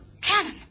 Cannon